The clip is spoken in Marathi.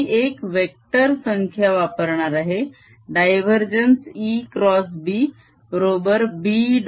आता मी एक वेक्टर संख्या वापरणार आहे डायवरजेन्स ExB बरोबर B